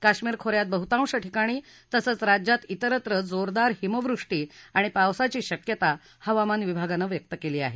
काश्मीर खो यात बहुतांश ठिकाणी तसंच राज्यात इतरत्र जोरदार हिमवृष्टी आणि पावसाची शक्यता हवामान विभागानं व्यक्त केली आहे